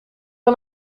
wel